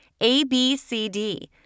ABCD